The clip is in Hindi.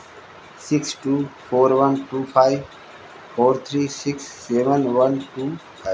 six two four one two five four three six seven one two है